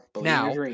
Now